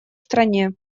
стране